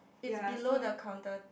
it's below the counter